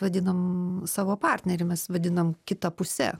vadinam savo partnerį mes vadinam kita puse